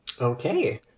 Okay